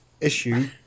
issue